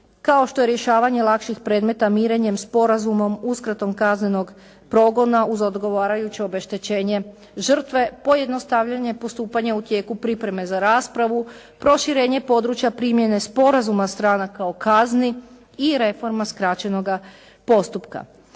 kao što je rješavanje lakših predmeta mirenjem sporazumom, uskratom kaznenog progona uz odgovarajuće obeštećenje žrtve pojednostavljanje postupanja u tijeku pripreme za raspravu, proširenje područja primjene sporazuma stranaka u kazni i reforma skraćenoga postupka.